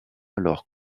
alors